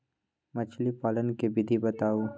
मछली पालन के विधि बताऊँ?